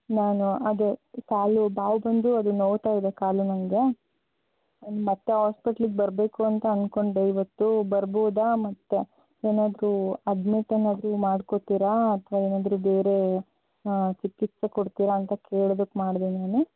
ನಾನು ಅದೇ ಕಾಲು ಬಾವು ಬಂದು ಅದು ನೋಯ್ತಾ ಇದೆ ಕಾಲು ನನಗೆ ಮತ್ತೆ ಹಾಸ್ಪಿಟ್ಲಿಗೆ ಬರಬೇಕು ಅಂತ ಅಂದುಕೊಂಡೆ ಇವತ್ತು ಬರ್ಬೋದಾ ಮತ್ತೆ ಏನಾದರೂ ಅಡ್ಮಿಟ್ ಏನಾದರೂ ಮಾಡ್ಕೋತೀರಾ ಅಥವಾ ಏನಾದರೂ ಬೇರೆ ಚಿಕಿತ್ಸೆ ಕೊಡ್ತೀರಾ ಅಂತ ಕೇಳೋದಕ್ಕೆ ಮಾಡಿದೆ ನಾನು